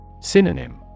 Synonym